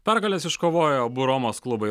pergales iškovojo abu romos klubai